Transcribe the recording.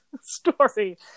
story